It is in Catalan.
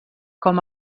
com